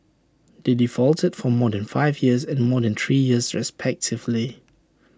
they defaulted for more than five years and more than three years respectively